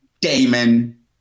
Damon